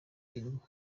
ibigo